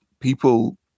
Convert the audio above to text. people